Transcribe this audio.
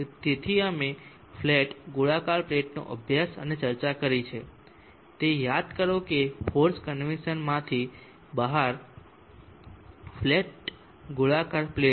તેથી અમે ફ્લેટ ગોળાકાર પ્લેટનો અભ્યાસ અને ચર્ચા કરી છે તે યાદ કરો કે ફોર્સ્ડ કન્વેક્સન માંથી બહાર ફ્લેટ ગોળાકાર પ્લેટ છે